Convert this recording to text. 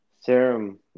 serum